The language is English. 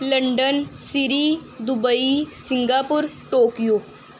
London Surrey Dubai Singapore Tokyo